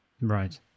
Right